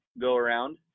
go-around